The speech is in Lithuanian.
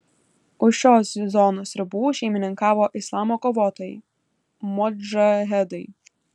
už šios zonos ribų šeimininkavo islamo kovotojai modžahedai